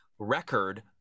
Record